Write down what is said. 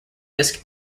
disk